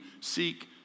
seek